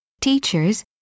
Teachers